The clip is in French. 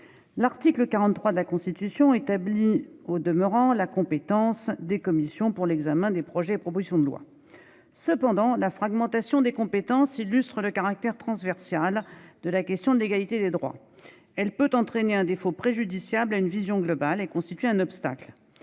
L'article 43 de la Constitution établie au demeurant la compétence des commissions pour l'examen des projets et propositions de loi. Cependant, la fragmentation des compétences illustrent le caractère transversal de la question de l'égalité des droits. Elle peut entraîner un défaut préjudiciable à une vision globale et constituait un obstacle.